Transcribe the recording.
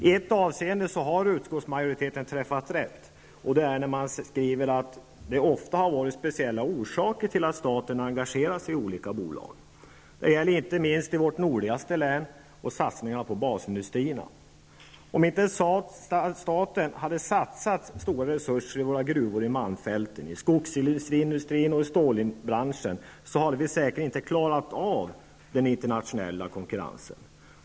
I ett avseende har utskottsmajoriteten träffat rätt, nämligen när man skriver att det ofta har funnits speciella orsaker till att staten har engagerat sig i olika bolag. Det gäller inte minst i vårt nordligaste län och i fråga om satsningarna på basindustrierna. Om inte staten hade satsat stora resurser i våra gruvor i malmfälten, i skogsindustrin och i stålbranschen hade vi säkert inte klarat av den internationella konkurrensen.